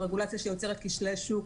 רגולציה שיוצרת כשלי שוק.